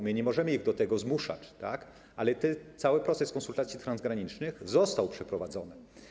My nie możemy ich do tego zmuszać, ale cały proces konsultacji transgranicznych został przeprowadzony.